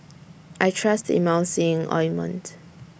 I Trust Emulsying Ointment